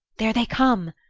there they come!